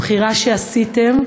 הבחירה שעשיתם,